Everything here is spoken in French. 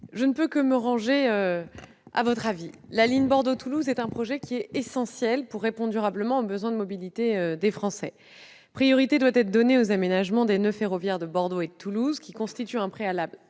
Je ne peux que me ranger à votre avis. La ligne Bordeaux-Toulouse est un projet essentiel pour répondre durablement aux besoins de mobilité des Français. Priorité doit être donnée aux aménagements des noeuds ferroviaires de Bordeaux et de Toulouse, qui constituent un préalable